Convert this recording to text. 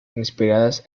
inspiradas